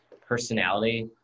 personality